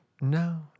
No